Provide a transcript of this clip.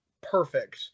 perfect